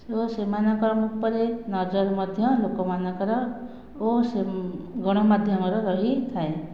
ଓ ସେମାନଙ୍କ ଉପରେ ନଜର ମଧ୍ୟ ଲୋକମାନଙ୍କର ଓ ସେ ଗଣମାଧ୍ୟମ ରେ ରହିଥାଏ